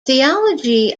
theology